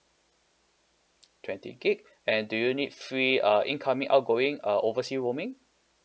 twenty gigabyte and do you need free uh incoming outgoing uh overseas roaming